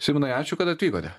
simonai ačiū kad atvykote